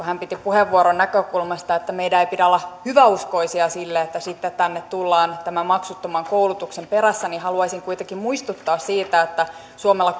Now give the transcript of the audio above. hän käytti puheenvuoron siitä näkökulmasta että meidän ei pidä olla hyväuskoisia siinä että sitten tänne tullaan tämän maksuttoman koulutuksen perässä haluaisin kuitenkin muistuttaa siitä että suomella